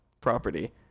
property